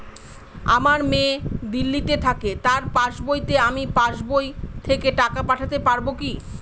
আমার মেয়ে দিল্লীতে থাকে তার পাসবইতে আমি পাসবই থেকে টাকা পাঠাতে পারব কি?